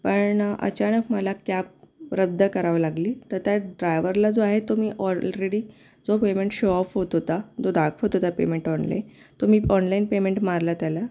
पण अचानक मला कॅब रद्द करावी लागली तर त्या ड्रायव्हरला जो आहे तो मी ऑलरेडी जो पेमेंट शो ऑफ होत होता तो दाखवत होता पेमेंट ऑनलाईन तो मी ऑनलाईन पेमेंट मारलं त्याला